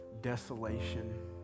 desolation